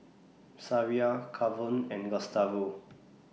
Sariah Kavon and Gustavo